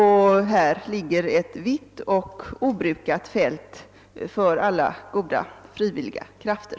Här finns alltså ett vitt och obrukat fält för alla goda frivilliga krafter.